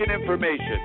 information